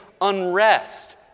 unrest